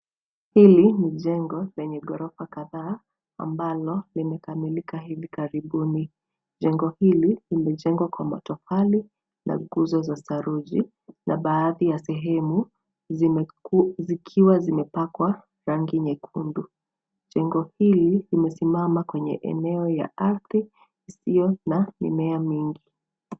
Hili ni jengo lenye ghorofa kadhaa ambalo limekamilika hivi karibuni. Jengo hili limejengwa kwa matofali na nguzo za saruji, na baadhi ya sehemu zikiwa zimepakwa rangi nyekundu. Jengo hili limesimama kwenye eneo ya ardhi isiyo na mimea mingi.